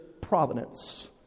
providence